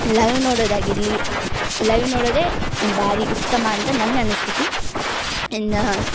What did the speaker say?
live ನೋಡೋದಾಗಿರಲಿ live ನೋಡೋದೇ ಭಾರಿ ಉತ್ತಮ ಅಂತ ನಂಗೆ ಅನಿಸ್ತೈತಿ ಇನ್ನು